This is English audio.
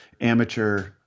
amateur –